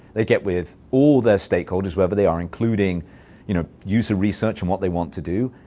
they get with all their stakeholders, wherever they are, including you know user research and what they want to do,